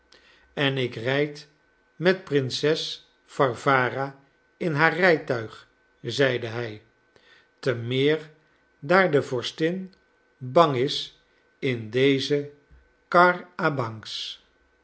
en ik rijd met prinses warwara in haar rijtuig zeide hij te meer daar de vorstin bang is in deze char à bancs